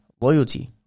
loyalty